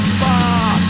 far